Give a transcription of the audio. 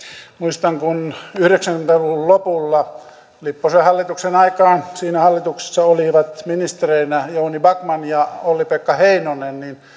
muistan että kun yhdeksänkymmentä luvun lopulla lipposen hallituksen aikaan siinä hallituksessa olivat ministereinä jouni backman ja olli pekka heinonen niin